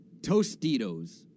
Tostitos